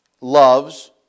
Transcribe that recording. loves